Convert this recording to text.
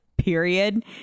period